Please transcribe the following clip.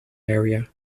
area